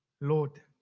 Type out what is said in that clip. Lord